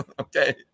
Okay